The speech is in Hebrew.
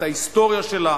את ההיסטוריה שלה,